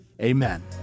Amen